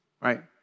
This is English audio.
right